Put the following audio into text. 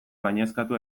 gainezkatu